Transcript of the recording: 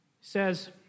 Says